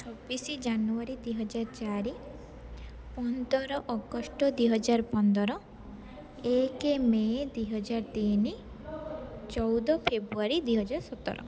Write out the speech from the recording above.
ଛବିଶି ଜାନୁଆରୀ ଦୁଇହଜାର ଚାରି ପନ୍ଦର ଅଗଷ୍ଟ ଦୁଇହଜାର ପନ୍ଦର ଏକ ମେ ଦୁଇହଜାର ତିନି ଚଉଦ ଫେବୃଆରୀ ଦିହଜାର ସତର